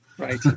Right